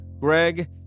Greg